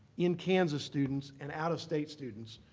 in-kansas students, and out-of-state students,